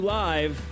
live